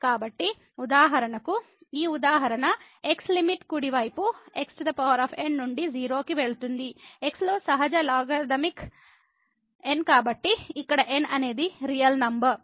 కాబట్టి ఉదాహరణకు ఈ ఉదాహరణ x లిమిట్ కుడి వైపు xn నుండి 0 కి వెళుతుంది x లో సహజ లాగరిథమిక్ n కాబట్టి ఇక్కడ n అనేది రియల్ నంబర్